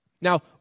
Now